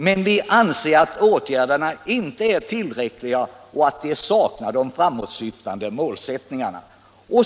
Men vi anser att åtgärderna inte är tillräckliga och saknar de framåtsyftande målsättningarna.